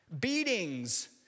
beatings